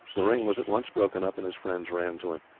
the ring was at once broken up, and his friends ran to him.